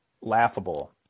laughable